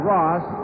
Ross